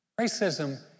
Racism